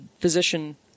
physician